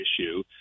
issue